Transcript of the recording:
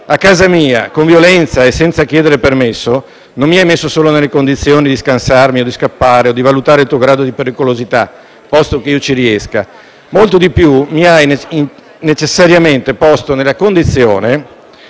a casa mia con violenza e senza chiedere permesso, non solo mi ha messo nelle condizioni di scansarmi, scappare o valutare il suo grado di pericolosità, posto che io ci riesca, ma ha fatto molto di più: mi ha necessariamente posto nella condizione,